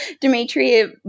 Demetria